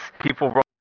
People